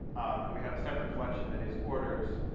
and we have a separate collection that is orders.